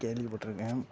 கேள்விபட்டுருக்கேன்